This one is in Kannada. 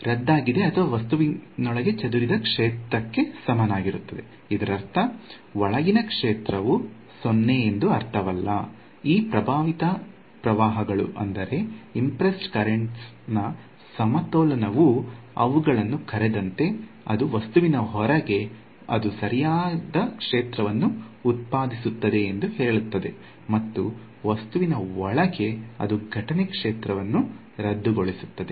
ರದ್ದಾಗಿದೆ ಅಥವಾ ವಸ್ತುವಿನೊಳಗಿನ ಚದುರಿದ ಕ್ಷೇತ್ರಕ್ಕೆ ಸಮನಾಗಿರುತ್ತದೆ ಇದರರ್ಥ ಒಳಗಿನ ಕ್ಷೇತ್ರವು 0 ಎಂದು ಅರ್ಥವಲ್ಲ ಈ ಪ್ರಭಾವಿತ ಪ್ರವಾಹಗಳ ಸಮತೋಲನವು ಅವುಗಳನ್ನು ಕರೆದಂತೆ ಅದು ವಸ್ತುವಿನ ಹೊರಗೆ ಅದು ಸರಿಯಾದ ಕ್ಷೇತ್ರವನ್ನು ಉತ್ಪಾದಿಸುತ್ತದೆ ಎಂದು ಹೇಳುತ್ತದೆ ಮತ್ತು ವಸ್ತುವಿನ ಒಳಗೆ ಅದು ಘಟನೆ ಕ್ಷೇತ್ರವನ್ನು ರದ್ದುಗೊಳಿಸುತ್ತದೆ